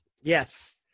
Yes